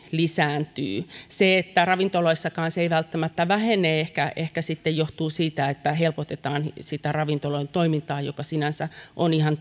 lisääntyy se että ravintoloissakaan se ei välttämättä vähene ehkä ehkä sitten johtuu siitä että helpotetaan ravintolan toimintaa mikä sinänsä on ihan